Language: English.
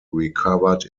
recovered